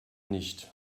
nicht